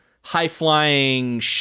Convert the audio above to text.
high-flying